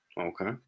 Okay